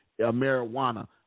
marijuana